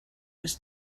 his